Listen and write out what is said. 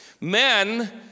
Men